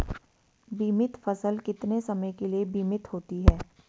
बीमित फसल कितने समय के लिए बीमित होती है?